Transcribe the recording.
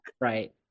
right